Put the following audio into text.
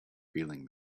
feeling